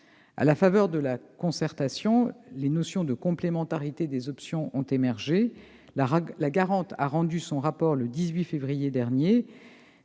À la faveur de la concertation, la notion de complémentarité des options a émergé. La garante a rendu son rapport le 18 février dernier.